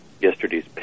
Yesterday's